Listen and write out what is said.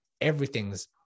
everything's